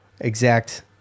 exact